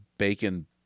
bacon